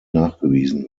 nachgewiesen